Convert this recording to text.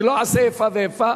אני לא אעשה איפה ואיפה.